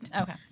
Okay